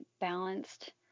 balanced